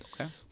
okay